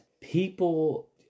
people